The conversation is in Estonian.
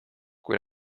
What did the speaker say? kui